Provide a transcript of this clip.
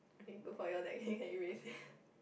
okay good for you that he can erase it